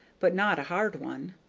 but not a hard one.